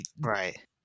Right